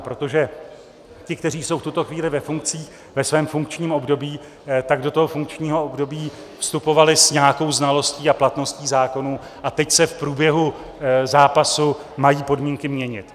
Protože ti, kteří jsou v tuto chvíli ve funkcích, ve svém funkčním období, tak do toho funkčního období vstupovali s nějakou znalostí a platností zákonů a teď se v průběhu zápasu mají podmínky měnit.